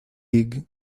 league